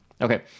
Okay